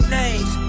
names